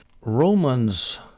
Romans